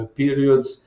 periods